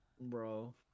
bro